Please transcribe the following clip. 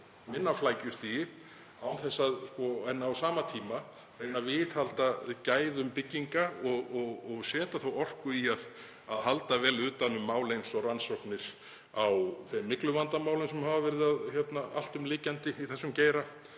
minna flækjustigi en reyna á sama tíma að viðhalda gæðum bygginga og setja þá orku í að halda vel utan um mál eins og rannsóknir á þeim mygluvandamálum sem hafa verið alltumlykjandi í þessum geira